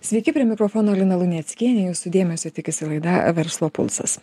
sveiki prie mikrofono lina luneckienė jūsų dėmesio tikisi laida verslo pulsas